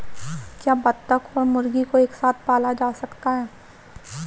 क्या बत्तख और मुर्गी को एक साथ पाला जा सकता है?